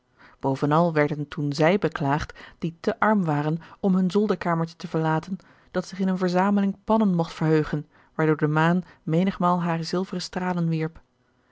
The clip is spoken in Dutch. bovenal werden toen zij beklaagd die te arm waren om hun zolderkamertje te verlaten dat zich in eene verzameling pannen mogt verheugen waardoor de maan menigmaal hare zilveren stralen wierp